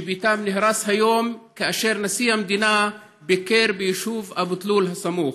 שביתם נהרס היום כאשר נשיא המדינה ביקר ביישוב אבו תלול הסמוך.